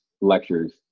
lectures